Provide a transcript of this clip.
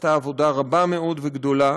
שעשתה עבודה רבה מאוד וגדולה,